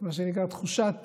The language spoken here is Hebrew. מה שנקרא תחושת